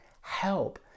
help